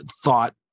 thought